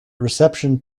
reception